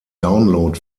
download